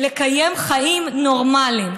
לקיים חיים נורמליים,